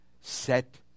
set